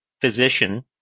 physician